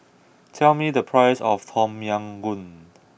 tell me the price of Tom Yam Goong